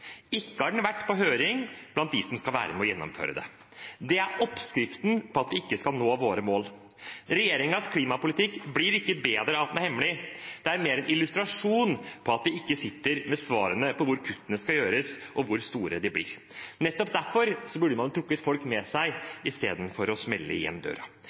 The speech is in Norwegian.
har ikke vært på høring blant dem som skal være med og gjennomføre det. Det er oppskriften på at vi ikke skal nå våre mål. Regjeringens klimapolitikk blir ikke bedre av at den er hemmelig; det er mer en illustrasjon på at vi ikke sitter med svarene på hvor kuttene skal gjøres, og hvor store de blir. Nettopp derfor burde man jo ha trukket folk med seg i stedet for å smelle igjen døra.